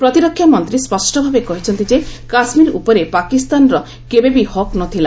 ପ୍ରତିରକ୍ଷା ମନ୍ତ୍ରୀ ସ୍ୱଷ୍ଟଭାବେ କହିଛନ୍ତି ଯେ କାଶ୍ମୀର ଉପରେ ପାକିସ୍ତାନର କେବେ ବି ହକ୍ ନ ଥିଲା